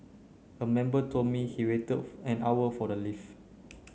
a member told me he waited an hour for the lift